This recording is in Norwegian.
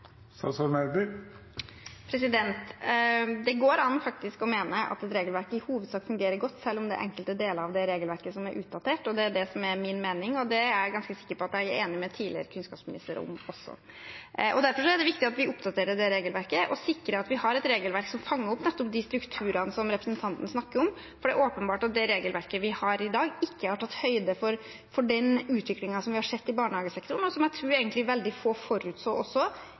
Det går faktisk an å mene at et regelverk i hovedsak fungerer godt selv om det er enkelte deler av regelverket som er utdatert, og det er det som er min mening. Det er jeg ganske sikker på at jeg er enig med tidligere kunnskapsminister om også. Derfor er det viktig at vi oppdaterer regelverket og sikrer at vi har et regelverk som fanger opp nettopp de strukturene som representanten snakker om, for det er åpenbart at det regelverket vi har i dag, ikke har tatt høyde for den utviklingen vi har sett i barnehagesektoren, og som jeg tror egentlig veldig få forutså også